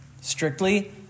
strictly